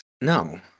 No